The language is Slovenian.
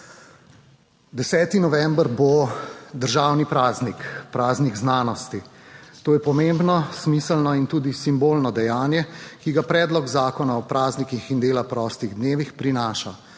10. november bo državni praznik, praznik znanosti. To je pomembno, smiselno in tudi simbolno dejanje, ki ga predlog zakona o praznikih in dela prostih dnevih prinaša